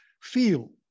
feel